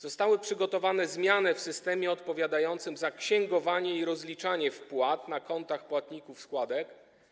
Zostały przygotowane zmiany w systemie odpowiadającym za księgowanie i rozliczanie wpłat na kontach płatników składek.